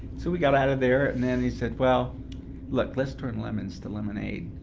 we got out of there and then he said, well look, let's turn lemons to lemonade.